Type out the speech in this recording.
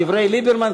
דברי ליברמן,